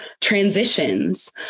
transitions